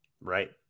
Right